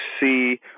see